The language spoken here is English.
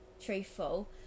truthful